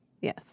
Yes